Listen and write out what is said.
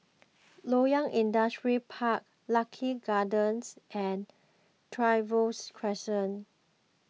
Loyang Industrial Park Lucky Gardens and Trevose Crescent